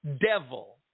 devil